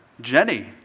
Jenny